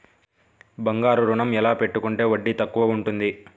బంగారు ఋణం ఎలా పెట్టుకుంటే వడ్డీ తక్కువ ఉంటుంది?